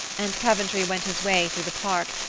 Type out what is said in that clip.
and coventry went his way through the park,